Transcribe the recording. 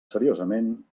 seriosament